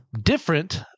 different